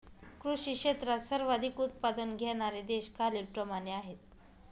कृषी क्षेत्रात सर्वाधिक उत्पादन घेणारे देश खालीलप्रमाणे आहेत